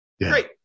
Great